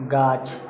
गाछ